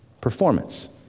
performance